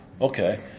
Okay